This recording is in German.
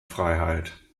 freiheit